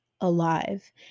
alive